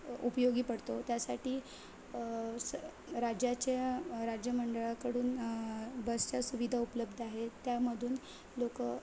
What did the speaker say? उपयोगी पडतो त्यासाठी स राज्याच्या राज्यमंडळाकडून बसच्या सुविधा उपलब्ध आहेत त्यामधून लोक